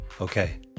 Okay